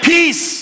Peace